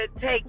take